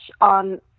on